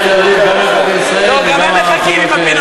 תדגיש שגם עיריית תל-אביב, לא מפנה.